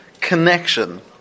connection